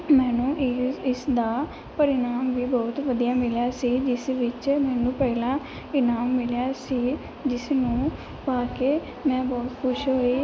ਮੈਨੂੰ ਇਹ ਇਸ ਦਾ ਪਰਿਣਾਮ ਵੀ ਬਹੁਤ ਵਧੀਆ ਮਿਲਿਆ ਸੀ ਜਿਸ ਵਿੱਚ ਮੈਨੂੰ ਪਹਿਲਾਂ ਇਨਾਮ ਮਿਲਿਆ ਸੀ ਜਿਸਨੂੰ ਪਾ ਕੇ ਮੈਂ ਬਹੁਤ ਖੁਸ਼ ਹੋਈ